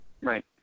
Right